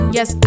Yes